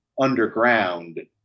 underground